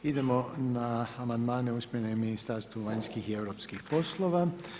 Idemo na amandmane usmjerene Ministarstvu vanjskih i europskih poslova.